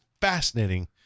fascinating